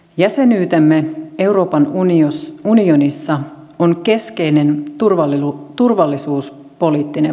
jäsenyytemme euroopan unionissa on keskeinen turvallisuuspoliittinen valinta